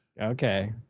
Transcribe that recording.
okay